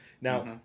Now